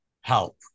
help